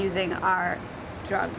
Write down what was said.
using our drug